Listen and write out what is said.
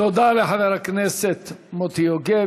תודה לחבר הכנסת מוטי יוגב.